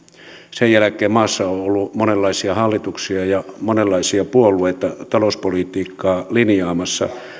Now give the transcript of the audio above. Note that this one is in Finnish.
sen jälkeen maassa on ollut monenlaisia hallituksia ja monenlaisia puolueita talouspolitiikkaa linjaamassa